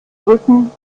rücken